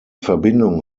verbindung